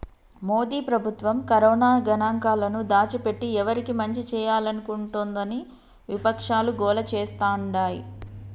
మోదీ ప్రభుత్వం కరోనా గణాంకాలను దాచిపెట్టి ఎవరికి మంచి చేయాలనుకుంటోందని విపక్షాలు గోల చేస్తాండాయి